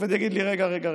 העובד יגיד לי: רגע,